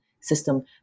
system